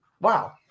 Wow